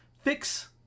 fix